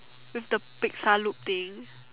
with the pixar look thing